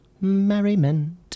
merriment